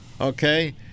okay